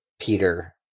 Peter